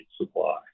supply